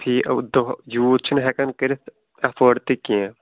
فی دۄہ یوٗت چھِنہٕ ہٮ۪کان کٔرِتھ اٮ۪فٲڈ تہِ کیٚنہہ